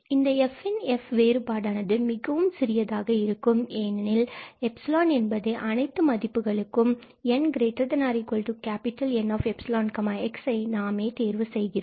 இந்த fn and f வேறுபாடானது மிகவும் சிறியதாக இருக்கும் ஏனெனில் எப்சலான் என்பதை அனைத்து மதிப்புகளுக்கும் 𝑛≥𝑁𝜖𝑥 நாமே தேர்வு செய்கின்றோம்